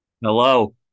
Hello